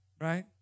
right